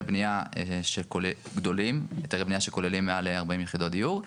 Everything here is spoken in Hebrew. בניה גדולים שכוללים מעל 40 יחידות דיור,